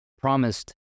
promised